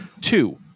Two